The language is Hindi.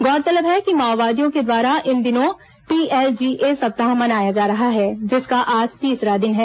गौरतलब है कि माओवादियों द्वारा इन दिनों पीएलजीए सप्ताह मनाया जा रहा है जिसका आज तीसरा दिन है